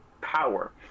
power